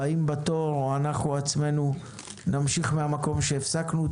הבאים בתור או אנחנו עצמנו נמשיך מהמקום בו הפסקנו.